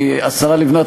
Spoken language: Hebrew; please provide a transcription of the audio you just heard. השרה לבנת,